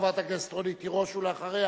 חברת הכנסת רונית תירוש, ואחריה